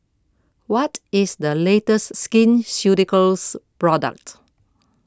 What IS The latest Skin Ceuticals Product